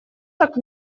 так